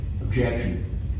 Objection